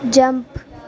jump